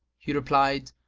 he replied,